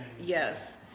Yes